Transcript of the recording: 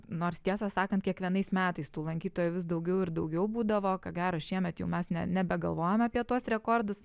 nors tiesą sakant kiekvienais metais tų lankytojų vis daugiau ir daugiau būdavo ko gero šiemet jau mes ne nebegalvojam apie tuos rekordus